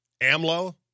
AMLO